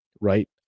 right